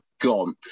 gone